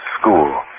school